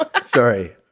Sorry